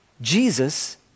Jesus